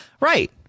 right